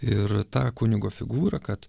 ir ta kunigo figūra kad